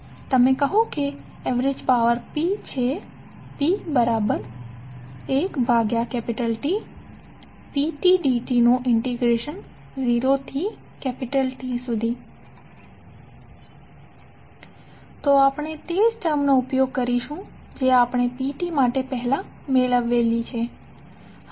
તમે કહો છો કે એવરેજ પાવર P છે P1T0Tptdt તો આપણે તે જ ટર્મનો ઉપયોગ કરીશું જે આપણે ptમાટે પહેલા મેળવેલી છે